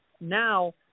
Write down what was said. Now